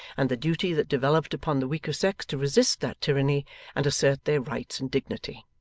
and the duty that developed upon the weaker sex to resist that tyranny and assert their rights and dignity.